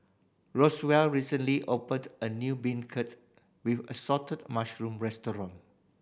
Roswell recently opened a new beancurd with assorted mushroom restaurant